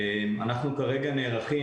אנחנו כרגע נערכים,